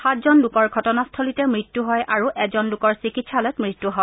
সাতজন লোকৰ ঘটনাস্থলীতে মৃত্যু হয় আৰু এজন লোকৰ চিকিৎসালয়ত মৃত্যু হয়